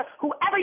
whoever